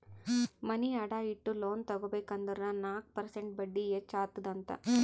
ಮನಿ ಅಡಾ ಇಟ್ಟು ಲೋನ್ ತಗೋಬೇಕ್ ಅಂದುರ್ ನಾಕ್ ಪರ್ಸೆಂಟ್ ಬಡ್ಡಿ ಹೆಚ್ಚ ಅತ್ತುದ್ ಅಂತ್